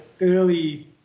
early